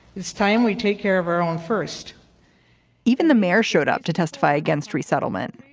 it's time we take care of our own first even the mayor showed up to testify against resettlement.